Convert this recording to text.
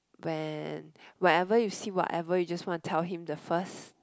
when whenever you see what ever you just want to tell him the first